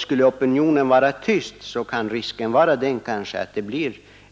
Skulle opinionen vara tyst, finns risken att det kommer